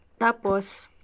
Tapos